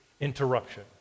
Interruption